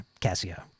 Casio